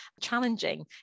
challenging